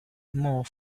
more